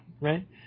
Right